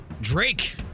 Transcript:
Drake